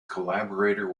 collaborator